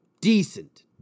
decent